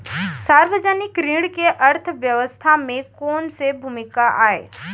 सार्वजनिक ऋण के अर्थव्यवस्था में कोस भूमिका आय?